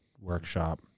workshop